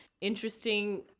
interesting